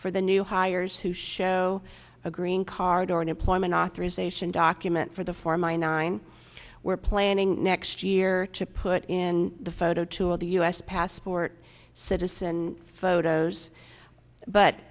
for the new hires who show a green card or an employment authorization document for the for my nine we're planning next year to put in the photo two of the u s passport citizen photos but